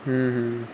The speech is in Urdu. ہوں ہوں